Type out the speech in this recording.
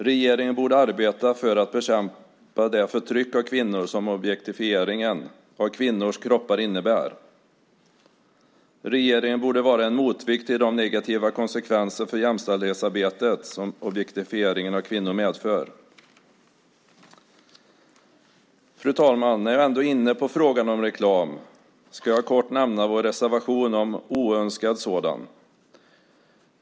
Regeringen borde arbeta för att bekämpa det förtryck av kvinnor som objektifieringen av kvinnors kroppar innebär. Regeringen borde vara en motvikt till de negativa konsekvenser för jämställdhetsarbetet som objektifieringen av kvinnor medför. Fru talman! När jag ändå är inne på frågan om reklam ska jag kort nämna vår reservation om oönskad sådan.